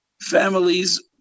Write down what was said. families